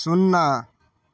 सुन्ना